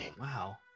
Wow